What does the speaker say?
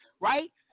right